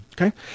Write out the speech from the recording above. Okay